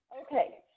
Okay